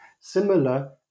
similar